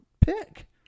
pick